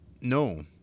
No